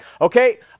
Okay